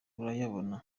urayabona